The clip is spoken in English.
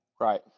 Right